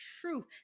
truth